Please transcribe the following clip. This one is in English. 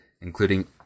including